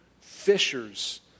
fishers